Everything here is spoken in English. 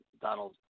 Donald